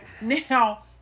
Now